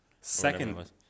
Second